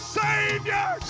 savior